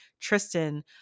Tristan